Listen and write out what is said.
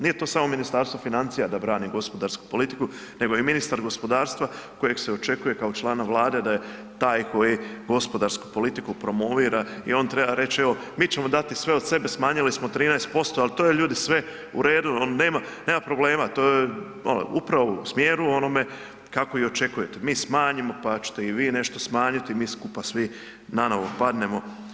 Nije to samo Ministarstvo financija da brani gospodarsku politiku, nego i ministar gospodarstva kojeg se očekuje kao člana Vlada da je taj koji gospodarsku politiku promovira i on treba reći evo, mi ćemo dati sve od sebe, smanjili smo 13%, ali to je ljudi, sve u redu, nema problema, to je ono, upravo u smjeru onome kako i očekujete, mi smanjimo pa ćete i vi nešto smanjiti, mi skup svi nanovo padnemo.